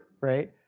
right